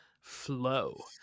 flow